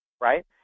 right